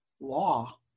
law